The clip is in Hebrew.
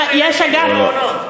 עכשיו יתחילו לבנות מעונות.